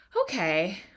okay